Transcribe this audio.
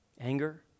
Anger